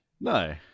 No